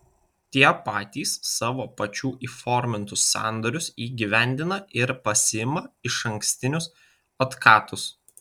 tie patys savo pačių įformintus sandorius įgyvendina ir pasiima išankstinius otkatus